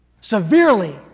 Severely